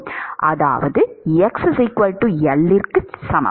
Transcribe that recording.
அதாவது xL க்கு சமம்